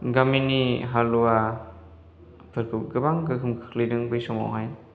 गामिनि हालुवाफोरखौ गोबां गोहोम खोख्लैदों बै समावहाय